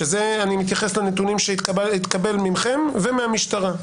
כשאני מתייחס לנתונים שהתקבלו מכם ומהמשטרה,